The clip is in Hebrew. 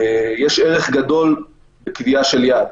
יש ערך גדול לקביעה של יעד.